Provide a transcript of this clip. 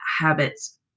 habits